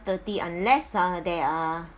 thirty unless ah there are